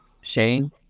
Shane